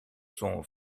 sont